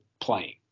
playing